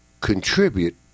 contribute